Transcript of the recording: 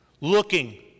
Looking